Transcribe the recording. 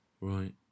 Right